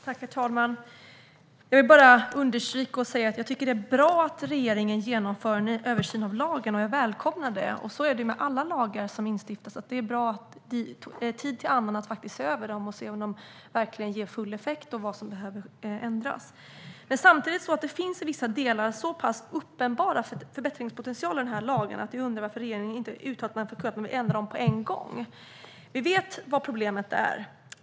Herr talman! Jag vill bara understryka att jag tycker att det är bra att regeringen genomför en översyn av lagen. Jag välkomnar det. Så är det med alla lagar som stiftas; det är bra att från tid till annan se över dem och se om de verkligen ger full effekt och vad som behöver ändras. Samtidigt finns det i vissa delar en så pass uppenbar förbättringspotential att jag undrar varför regeringen inte uttalar att man vill ändra dem på en gång. Vi vet vad problemet är.